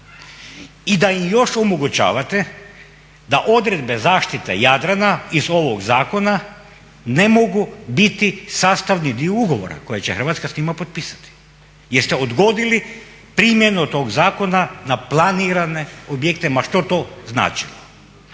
i da im još omogućavate da odredbe zaštite Jadrana iz ovog zakona ne mogu biti sastavni dio ugovora koje će Hrvatska s njima potpisati jer ste odgodili primjenu tog zakona na planirane objekte ma što to značilo.